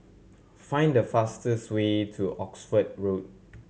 find the fastest way to Oxford Road